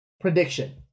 prediction